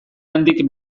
handik